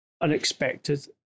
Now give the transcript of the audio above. unexpected